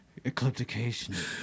Ecliptication